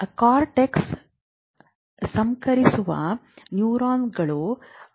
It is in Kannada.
ಕಾರ್ಟೆಕ್ಸ್ಗೆ ಸಂಪರ್ಕಿಸುವ ನ್ಯೂರಾನ್ಗಳು 0